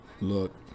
look